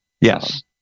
yes